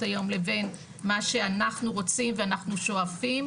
היום לבין מה שאנחנו רוצים ואנחנו שואפים,